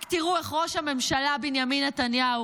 רק תראו איך ראש הממשלה בנימין נתניהו